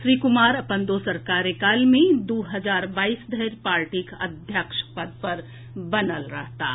श्री कुमार अपन दोसर कार्यकाल मे दू हजार बाईस धरि पार्टीक अध्यक्ष पद पर बनल रहताह